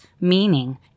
meaning